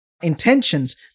Intentions